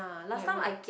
like what